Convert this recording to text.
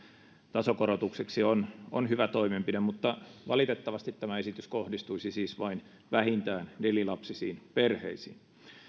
tasokorotuksiksi on on hyvä toimenpide mutta valitettavasti tämä esitys kohdistuisi siis vain vähintään nelilapsisiin perheisiin